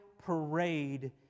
parade